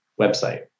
website